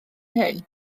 hyn